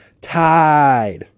Tide